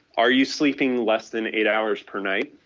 are you sleeping less than eight hours per night,